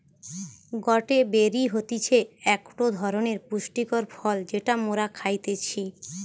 গটে বেরি হতিছে একটো ধরণের পুষ্টিকর ফল যেটা মোরা খাইতেছি